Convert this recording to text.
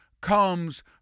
comes